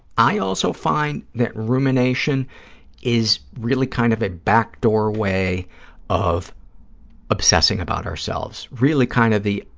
i also find that rumination is really kind of a backdoor way of obsessing about ourselves, really kind of the